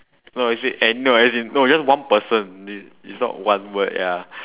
no is it and no as in no just one person is not one word ya